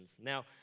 Now